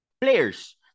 players